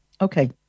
Okay